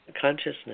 consciousness